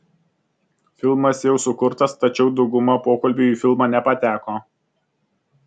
filmas jau sukurtas tačiau dauguma pokalbių į filmą nepateko